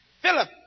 Philip